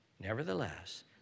Nevertheless